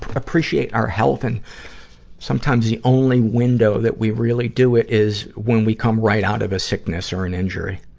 appreciate our health and sometimes the only window that we really do it is when we come right out of a sickness or an injury.